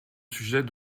sujet